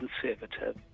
conservative